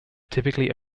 typically